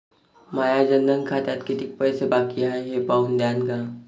माया जनधन खात्यात कितीक पैसे बाकी हाय हे पाहून द्यान का?